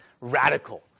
radical